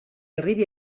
arribi